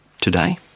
Today